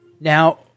Now